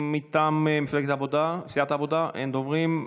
מטעם סיעת העבודה אין דוברים.